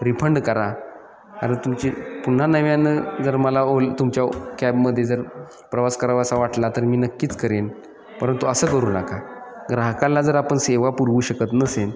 refund करा आणि तुमची पुन्हा नव्यानं जर मला ओल तुमच्या कॅबमध्ये जर प्रवास करावाचा वाटला तर मी नक्कीच करेन परंतु असं करू नका ग्राहकाला जर आपण सेवा पुरवू शकत नसेल